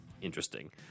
interesting